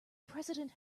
president